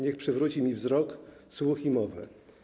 Niech przywróci mi wzrok słuch i mowę/